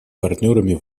партнерами